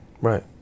Right